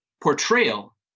portrayal